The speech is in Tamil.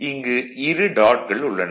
இங்கு இரு டாட்கள் உள்ளன